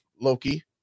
Loki